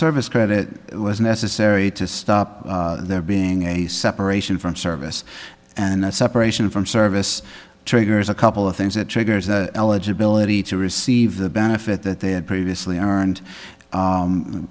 service credit it was necessary to stop there being a separation from service and the separation from service triggers a couple of things that triggers eligibility to receive the benefit that they had previously ar